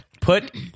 Put